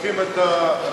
לוקחים את הרשתות,